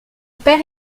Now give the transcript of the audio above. père